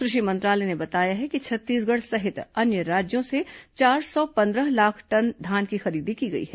कृषि मंत्रालय ने बताया है कि छत्तीसगढ़ सहित अन्य राज्यों से चार सौ पन्द्रह लाख टन धान की खरीद की गई है